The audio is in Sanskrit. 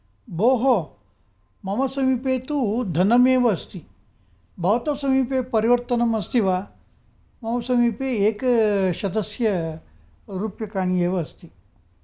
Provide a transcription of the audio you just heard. बोः मम समीपे तु धनमेव अस्ति भवतः समीपे परिवर्तनम् अस्ति वा मम समीपे एकशतस्य रूप्यकाणि एव अस्ति